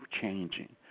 changing